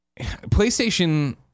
PlayStation